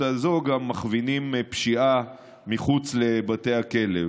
הזאת גם מכווינים פשיעה מחוץ לבתי הכלא.